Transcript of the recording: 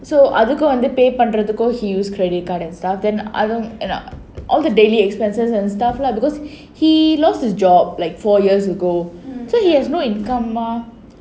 so அதுக்கு வந்து:adhukku vandhu pay பண்றதுக்கு:panrathukku he use credit card and stuff then all the daily expenses and stuff lah because he lost his job like four years ago so he has no income mah